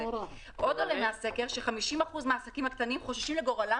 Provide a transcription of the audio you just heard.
עוד עולה מן הסקר ש-50% מן העסקים הקטנים חוששים לגורלם